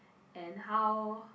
and how